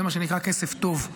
זה מה שנקרא כסף טוב.